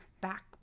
back